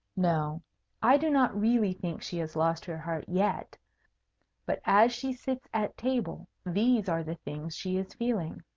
no i do not really think she has lost her heart yet but as she sits at table these are the things she is feeling